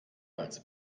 als